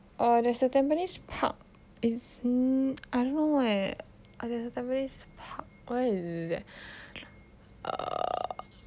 or there's a tampines park it's I don't know where there's a tampines park where is err